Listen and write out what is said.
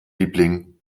liebling